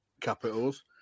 capitals